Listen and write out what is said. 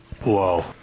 Whoa